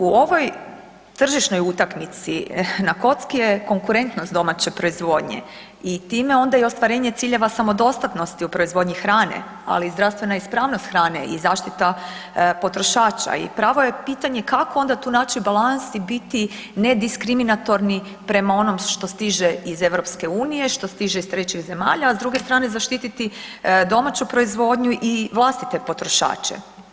U ovoj tržišnoj utakmici na kocki je konkurentnost domaće proizvodnje i time onda i ostvarenje ciljeva samodostatnosti u proizvodnji hrane, ali i zdravstvena ispravnost hrane i zaštita potrošača i pravo je pitanje kako onda tu naći balans i biti ne diskriminatorni prema onome što stiže iz EU, što stiže iz trećih zemalja, a s druge strane zaštititi domaću proizvodnju i vlastite potrošače.